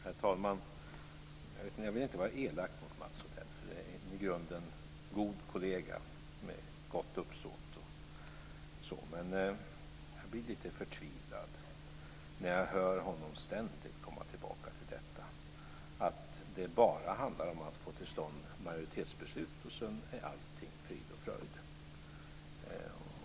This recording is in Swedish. Herr talman! Jag vill inte vara elak mot Mats Odell, för han är i grunden en god kollega med gott uppsåt, men jag blir lite förtvivlad när jag hör honom ständigt komma tillbaka till att det bara handlar om att få till stånd majoritetsbeslut och att sedan allt är frid och fröjd.